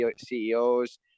CEOs